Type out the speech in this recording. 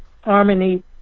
harmony